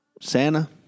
Santa